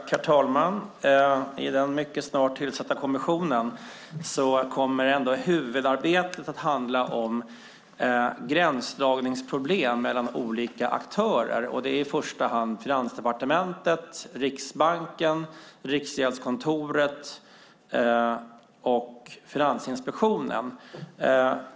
Herr talman! I den mycket snart tillsatta kommissionen kommer huvudarbetet att handla om gränsdragningsproblem mellan olika aktörer, i första hand Finansdepartementet, Riksbanken, Riksgäldskontoret och Finansinspektionen.